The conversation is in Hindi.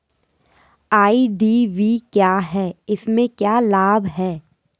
आई.डी.वी क्या है इसमें क्या लाभ है?